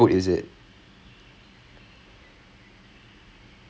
ah the out ya in terms of what they want to do